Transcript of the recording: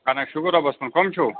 اَہن حظ شُکُر رۄبَس کُن کٕم چھُو